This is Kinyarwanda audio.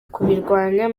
kubirwanya